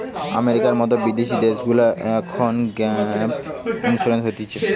আমেরিকার মতো বিদেশি দেশগুলাতে এমন গ্যাপ ইন্সুরেন্স হতিছে